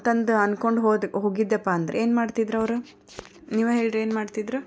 ಅಂತಂದು ಅಂದ್ಕೊಂಡು ಹೋದ ಹೋಗಿದೆಯಪ್ಪ ಅಂದರೆ ಏನು ಮಾಡ್ತಿದ್ದರು ಅವರು ನೀವೇ ಹೇಳಿರಿ ಏನು ಮಾಡ್ತಿದ್ರು